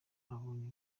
abonye